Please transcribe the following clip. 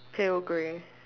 pale grey